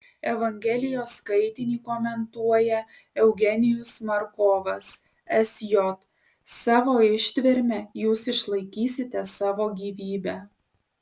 evangelijos skaitinį komentuoja eugenijus markovas sj savo ištverme jūs išlaikysite savo gyvybę